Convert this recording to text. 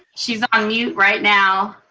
she's on mute right now.